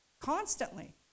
constantly